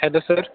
hello sir